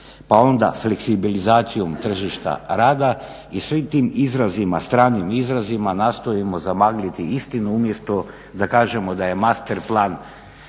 pa onda fleksibilizacijom tržišta rada. I svim tim izrazima, stranim izrazima nastojimo zamagliti istinu umjesto da kažemo da je master plan